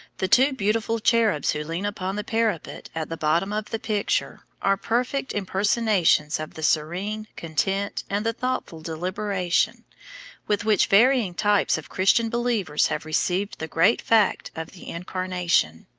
the two beautiful cherubs who lean upon the parapet at the bottom of the picture are perfect impersonations of the serene content and the thoughtful deliberation with which varying types of christian believers have received the great fact of the incarnation.